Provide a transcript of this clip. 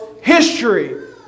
history